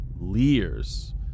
leers